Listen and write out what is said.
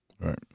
Right